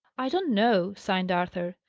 i don't know sighed arthur.